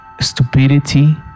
Stupidity